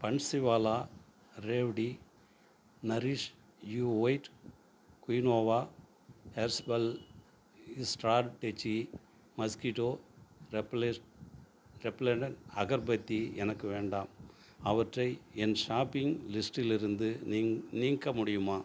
Bansiwala revdi nourish you white quinoa hairspray strategy mosquito repellent repellent agarbatti எனக்கு வேண்டாம் அவற்றை என் ஷாப்பிங் லிஸ்டிலிருந்து நீங் நீக்க முடியுமா